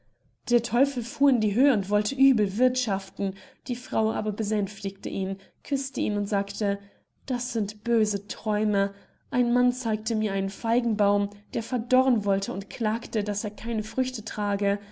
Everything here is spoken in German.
der teufel fuhr in die höh und wollte übel wirthschaften die frau aber besänftigte ihn küßte ihn und sagte das sind böse träume ein mann zeigte mir einen feigenbaum der verdorren wollte und klagte daß er keine früchte trage